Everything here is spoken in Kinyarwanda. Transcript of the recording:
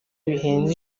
bihenze